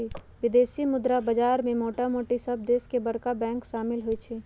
विदेशी मुद्रा बाजार में मोटामोटी सभ देश के बरका बैंक सम्मिल होइ छइ